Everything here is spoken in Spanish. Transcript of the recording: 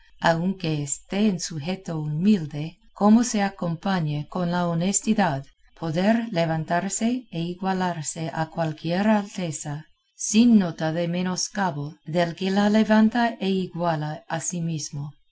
aunque esté en sujeto humilde como se acompañe con la honestidad poder levantarse e igualarse a cualquiera alteza sin nota de menoscabo del que la levanta e iguala a sí mismo